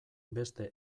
beste